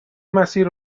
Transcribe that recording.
مسیر